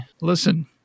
listen